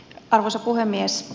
arvoisa puhemies